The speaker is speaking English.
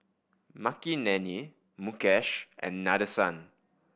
Makineni Mukesh and Nadesan